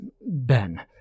Ben